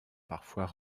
parfois